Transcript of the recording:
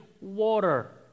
water